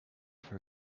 for